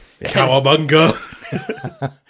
Cowabunga